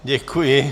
Děkuji.